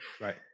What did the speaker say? Right